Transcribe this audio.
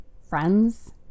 friends